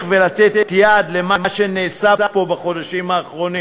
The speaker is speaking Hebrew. ולתת יד למה שנעשה פה בחודשים האחרונים.